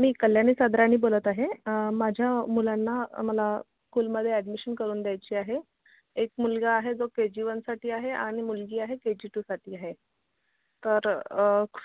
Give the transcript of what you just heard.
मी कल्याणी सदरानी बोलत आहे माझ्या मुलांना मला कुलमध्ये ऍडमिशन करून द्यायची आहे एक मुलगा आहे जो केजी वनसाठी आहे आणि मुलगी आहे केजी टूसाठी आहे तर